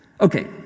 Okay